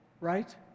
right